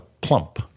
plump